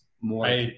more